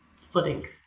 footing